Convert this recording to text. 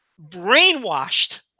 brainwashed